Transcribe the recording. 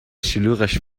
شلوغش